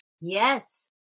Yes